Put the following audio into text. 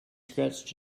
scratched